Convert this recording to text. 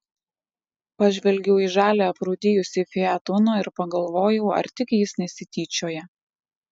pažvelgiau į žalią aprūdijusį fiat uno ir pagalvojau ar tik jis nesityčioja